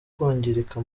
kwangirika